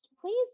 please